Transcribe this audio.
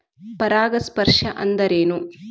ಪರಾಗಸ್ಪರ್ಶ ಅಂದರೇನು?